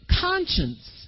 conscience